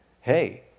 hey